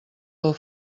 del